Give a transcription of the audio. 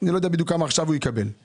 למה הוא מקבל פחות